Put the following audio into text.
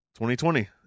2020